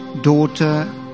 daughter